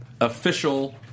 official